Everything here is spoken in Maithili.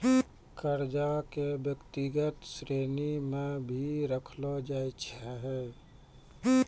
कर्जा क व्यक्तिगत श्रेणी म भी रखलो जाय छै